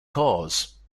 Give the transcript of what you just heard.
cause